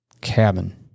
cabin